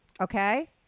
Okay